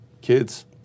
kids